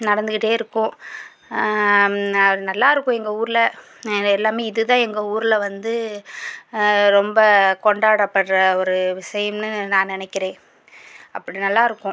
நடந்துகிட்டே இருக்கும் நல்லாயிருக்கும் எங்கள் ஊரில் எல்லாமே இதுதான் எங்கள் ஊரில் வந்து ரொம்ப கொண்டாடப்படுகிற ஒரு விஷயமுன்னு நான் நினைக்கிறேன் அப்படி நல்லா இருக்கும்